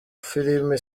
filime